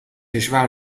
کشور